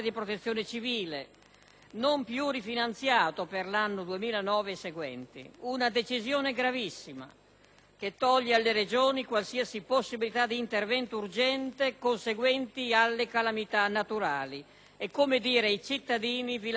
non più rifinanziato per l'anno 2009 e seguenti, una decisione gravissima che toglie alle Regioni qualsiasi possibilità di intervento urgente conseguente alle calamità naturali. È come dire ai cittadini: «Vi lasciamo soli».